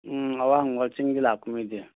ꯎꯝ ꯑꯋꯥꯡꯕ ꯆꯤꯡꯗꯩ ꯂꯥꯛꯄ ꯃꯤꯗꯤ